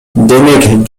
демек